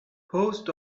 post